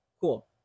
cool